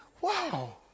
wow